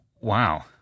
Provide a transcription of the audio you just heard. Wow